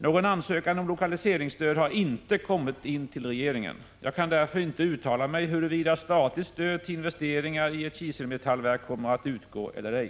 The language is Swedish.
Någon ansökan om lokaliseringsstöd har inte inkommit till regeringen. Jag kan därför inte uttala mig om huruvida statligt stöd till investeringar i ett kiselmetallverk kommer att utgå eller ej.